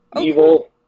evil